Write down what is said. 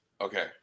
Okay